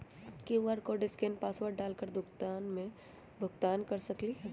QR code scan password डाल कर दुकान में भुगतान कर सकलीहल?